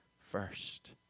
first